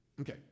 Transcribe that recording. Okay